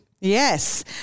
Yes